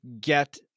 get